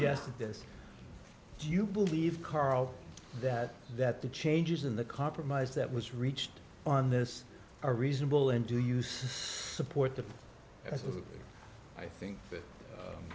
this do you believe karl that that the changes in the compromise that was reached on this are reasonable and do use support the i think that